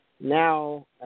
now